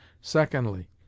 Secondly